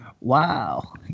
Wow